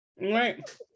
Right